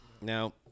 Now